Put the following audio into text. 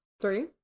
three